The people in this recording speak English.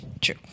True